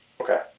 Okay